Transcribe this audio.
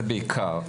זה בעיקר.